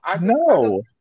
No